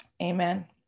Amen